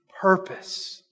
purpose